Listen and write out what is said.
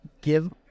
give